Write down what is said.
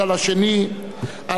על המסורת הדתית